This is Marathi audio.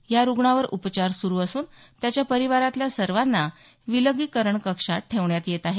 या रुग्णावर उपचार सुरू असून त्याच्या परिवारातल्या सर्वांना विलगीकरण कक्षात ठेवण्यात येत आहे